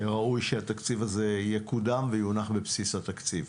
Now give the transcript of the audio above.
ראוי שהתקציב הזה יקודם ויונח בבסיס התקציב,